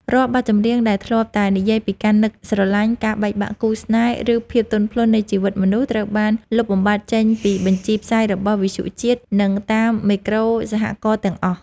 រាល់បទចម្រៀងដែលធ្លាប់តែនិយាយពីការនឹកស្រឡាញ់ ការបែកបាក់គូស្នេហ៍ ឬភាពទន់ភ្លន់នៃជីវិតមនុស្ស ត្រូវបានលុបបំបាត់ចេញពីបញ្ជីផ្សាយរបស់វិទ្យុជាតិ និងតាមមេក្រូសហករណ៍ទាំងអស់។